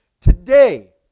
today